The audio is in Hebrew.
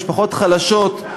משפחות חלשות,